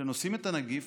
שנושאים את הנגיף,